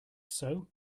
sow